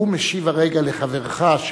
הוא משיב כרגע לחברך.